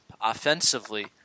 offensively